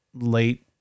late